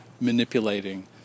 manipulating